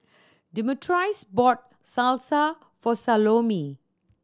Demetrius bought Salsa for Salome